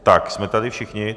Tak, jsme tady všichni?